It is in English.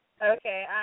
Okay